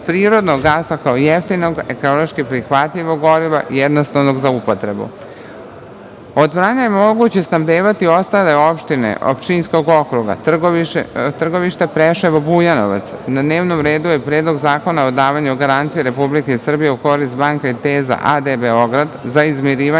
prirodnog gasa kao jeftinog ekološki prihvatljivog goriva, jednostavnog za upotrebu. Od Vranja je moguće snabdevati ostale opštine od Pčinskog okruga, Trgovište, Preševo, Bujanovac. Na dnevnom redu je Predlog zakona o davanju garancija Republike Srbije u korist Banka Inteza a.d. Beograd za izmirivanje